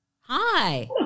Hi